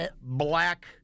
black